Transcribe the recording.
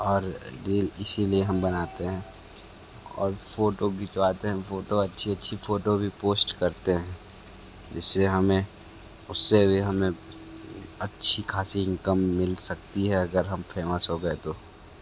और रील इसीलिए हम बनाते हैं और फोटो खिंचवाते हैं फोटो अच्छी अच्छी फोटो भी पोस्ट करते हैं इससे हमें उससे भी हमें अच्छी खासी इनकम मिल सकती है अगर हम फेमस हो गए तो